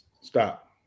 Stop